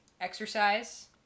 exercise